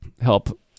help